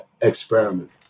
experiment